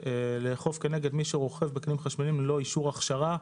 לאכוף כנגד מי שרוכב בכלים חשמליים ללא אישור הכשרה,